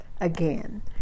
Again